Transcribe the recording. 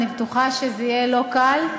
אני בטוחה שזה יהיה לא קל.